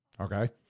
Okay